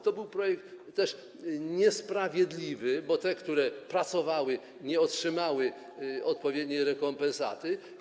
To był projekt niesprawiedliwy, bo te matki, które pracowały, nie otrzymały odpowiedniej rekompensaty.